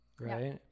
right